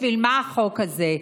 בשביל מה החוק הזה?